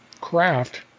craft